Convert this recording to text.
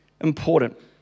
important